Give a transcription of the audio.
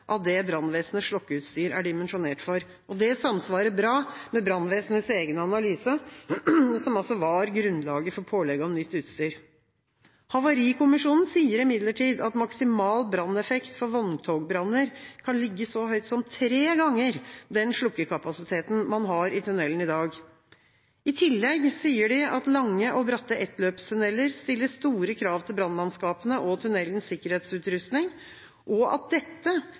av det brannvesenets slokkeutstyr er dimensjonert for. Det samsvarer bra med brannvesenets egen analyse, som var grunnlaget for pålegget om nytt utstyr. Havarikommisjonen sier imidlertid at maksimal branneffekt for vogntogbranner kan ligge så høyt som tre ganger den slokkekapasiteten man har i tunnelen i dag. I tillegg sier de at lange og bratte ettløpstunneler stiller store krav til brannmannskapene og tunnelens sikkerhetsutrustning, og at dette,